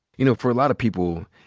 you know, for a lotta people,